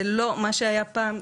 זה לא מה שהיה פעם,